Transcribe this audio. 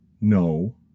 no